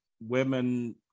women